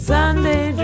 Sunday